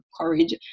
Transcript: courage